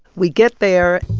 we get there,